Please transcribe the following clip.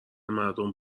مردم